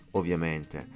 ovviamente